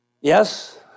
Yes